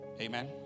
amen